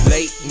Late